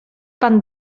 pan